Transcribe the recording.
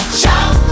shout